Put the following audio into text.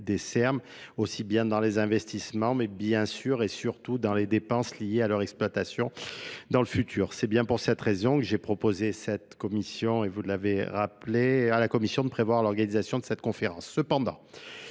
des E M. aussi bien dans les investissements mais bien sûr et surtout dans dans les dépenses liées à leur exploitation dans le futur c'est bien pour cette raison que j'ai proposé cette commission et vous l'avez rappelé à la Commission de prévoir l'organisation de cette conférence.